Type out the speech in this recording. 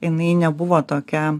jinai nebuvo tokia